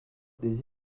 des